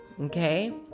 okay